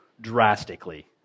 drastically